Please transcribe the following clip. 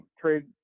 trade